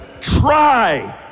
try